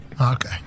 Okay